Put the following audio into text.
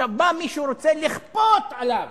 עכשיו בא מישהו, רוצה לכפות עליו